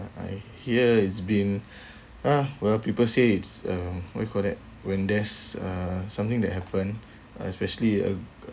I hear it's been ah well people say it's uh what you call that when there's uh something that happen uh especially uh